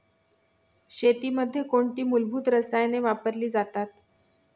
शेतीमध्ये कोणती मूलभूत रसायने वापरली जातात?